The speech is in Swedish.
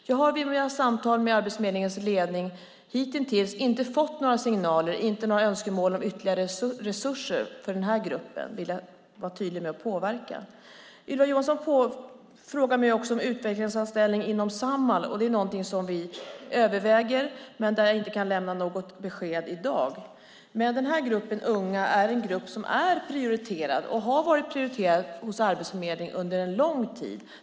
Jag har i mina samtal med Arbetsförmedlingen ledning hitintills inte fått några signaler om önskemål om ytterligare resurser för denna grupp; det vill jag vara tydlig med att påpeka. Ylva Johansson frågar mig om utvecklingsanställning inom Samhall. Det är någonting som vi överväger, men där jag inte kan lämna något besked i dag. Denna grupp unga är en grupp som är prioriterad och som har varit prioriterad hos Arbetsförmedlingen under lång tid.